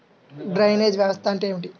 Drainage వ్యవస్థ అంటే ఏమిటి?